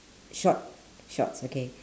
short shorts okay